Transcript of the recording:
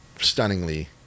stunningly